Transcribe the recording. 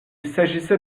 s’agissait